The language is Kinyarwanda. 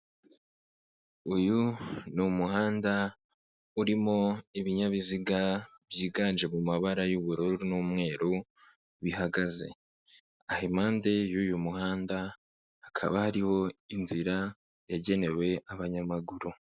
Uyu ni umuhanda urimo ibinyabiziga byiganje mu mabara y'ubururu n'umweru bihagaze, aho impande y'uyu muhanda hakaba hariho inzira yagenewe abanyamaguru.